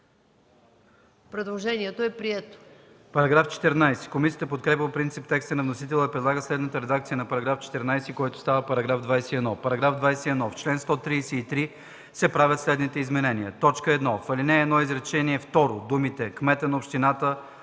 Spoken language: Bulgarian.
Предложението е прието.